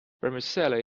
vermicelli